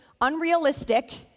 Unrealistic